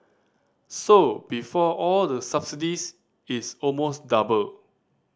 so before all the subsidies it's almost double